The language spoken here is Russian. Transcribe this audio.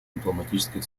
дипломатических